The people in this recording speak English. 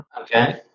Okay